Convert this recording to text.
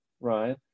right